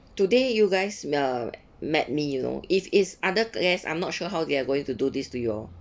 today you guys m~ uh met me you know if it's other guests I'm not sure how they're going to do this to you all